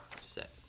set